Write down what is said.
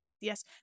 Yes